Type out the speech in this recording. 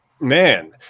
Man